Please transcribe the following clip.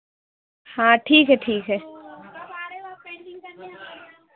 हाँ ठीक है ठीक है